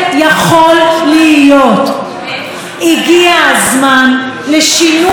הגיע הזמן לשינוי חשיבה, ממש לשנות,